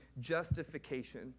justification